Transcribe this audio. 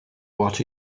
what